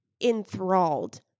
enthralled